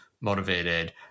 motivated